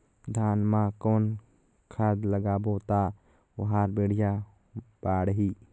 धान मा कौन खाद लगाबो ता ओहार बेडिया बाणही?